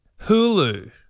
Hulu